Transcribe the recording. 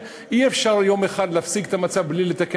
אי-אפשר יום אחד להפסיק את המצב בלי לתקן.